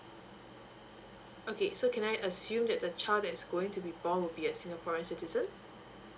okay so can I assume that the child that is going to be born will be a singaporean citizen